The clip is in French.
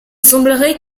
semblerait